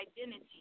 identity